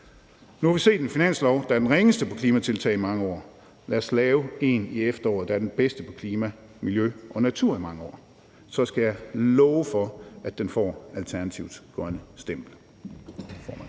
Nu har vi set en finanslov, der er den ringeste på klimatiltag i mange år. Lad os lave en i efteråret, der er den bedste på klima, miljø og natur i mange år. Så skal jeg love for, at den får Alternativets grønne stempel.